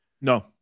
No